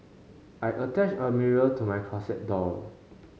I attached a mirror to my closet door